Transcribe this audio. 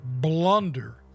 blunder